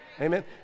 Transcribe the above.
amen